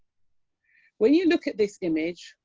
when you look at this image,